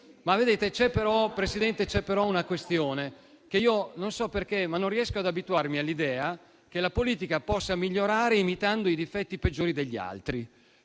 Presidente, c'è però una questione: non so perché, ma non riesco ad abituarmi all'idea che la politica possa migliorare imitando i difetti peggiori degli altri;